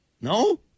No